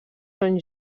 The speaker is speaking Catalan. són